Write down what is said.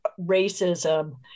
racism